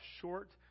short